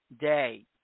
day